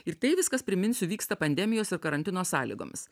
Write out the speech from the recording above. ir tai viskas priminsiu vyksta pandemijos ir karantino sąlygomis